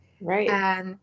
Right